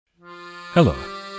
Hello